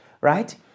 right